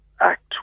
Act